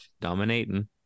Dominating